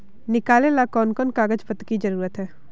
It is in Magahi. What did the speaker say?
निकाले ला कोन कोन कागज पत्र की जरूरत है?